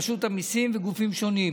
רשות המיסים וגופים שונים,